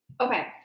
okay